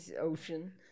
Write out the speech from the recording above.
Ocean